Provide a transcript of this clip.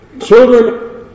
Children